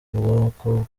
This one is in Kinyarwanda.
ubwoko